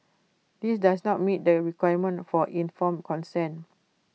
this does not meet the requirement for informed consent